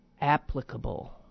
applicable